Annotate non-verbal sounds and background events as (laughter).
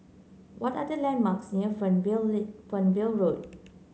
what are the landmarks near (unintelligible) Fernvale Road